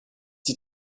die